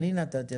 אני נתתי.